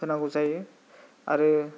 होनांगौ जायो आरो